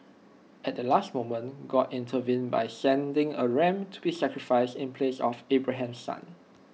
at the last moment God intervened by sending A ram to be sacrificed in place of Abraham's son